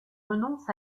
renonce